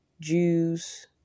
Jews